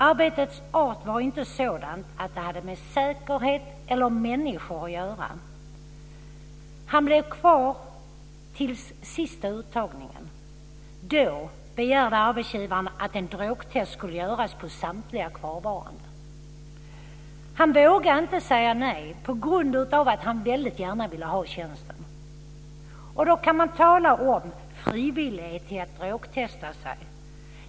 Arbetets art var inte sådant att det hade med säkerhet eller människor att göra. Han blev kvar till den sista uttagningen. Då begärde arbetsgivaren att ett drogtest skulle göras på samtliga kvarvarande. Han vågade inte säga nej på grund av att han väldigt gärna ville ha tjänsten. Då kan man tala om frivillighet att drogtesta sig.